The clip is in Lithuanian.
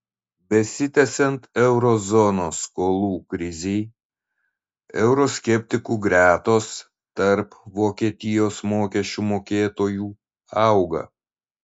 besitęsiant euro zonos skolų krizei euroskeptikų gretos tarp vokietijos mokesčių mokėtojų auga